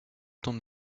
ton